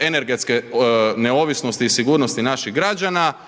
energetske neovisnosti i sigurnosti naših građana,